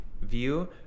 view